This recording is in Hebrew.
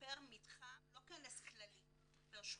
פר מתחם, לא כנס כללי פר שכונה,